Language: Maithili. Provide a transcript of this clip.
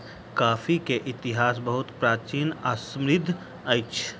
कॉफ़ी के इतिहास बहुत प्राचीन आ समृद्धि अछि